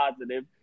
positive